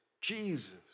Jesus